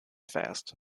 vast